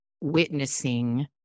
witnessing